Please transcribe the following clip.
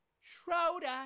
Schroeder